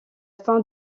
fin